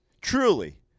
truly